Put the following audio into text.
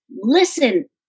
listen